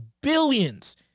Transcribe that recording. billions